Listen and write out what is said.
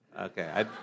Okay